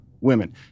women